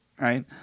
right